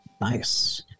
Nice